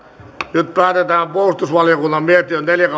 nyt päätetään puolustusvaliokunnan mietinnön neljä